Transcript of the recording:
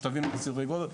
שתבינו את סדרי הגודל,